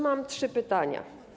Mam trzy pytania.